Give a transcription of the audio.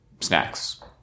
snacks